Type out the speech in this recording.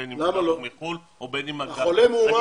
בין אם חזרו מחו"ל או אם --- חולה מאומת